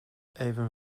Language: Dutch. even